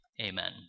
Amen